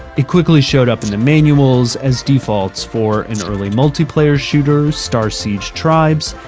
it quickly showed up in the manuals as defaults for an early multiplayer shooter, starsiege tribes,